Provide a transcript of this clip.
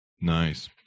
nice